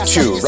Two